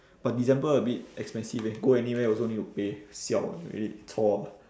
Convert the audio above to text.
but december a bit expensive eh go anywhere also need to pay siao [one] really chor